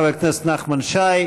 תודה, חבר הכנסת נחמן שי.